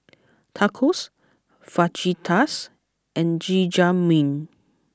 Tacos Fajitas and Jajangmyeon